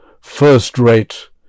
first-rate